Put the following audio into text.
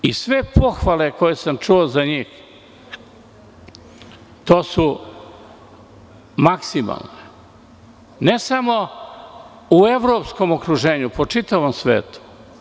Sve pohvale koje sam čuo za njih, to su maksimalne, ne samo u evropskom okruženju, po čitavom svetu.